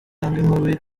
inkubi